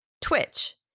Twitch